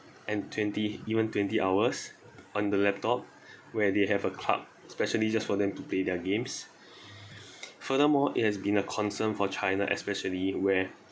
and twenty even twenty hours on the laptop where they have a club especially just for them to play their games furthermore it has been a concern for china especially where